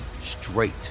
straight